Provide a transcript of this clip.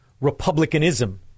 Republicanism